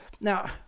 Now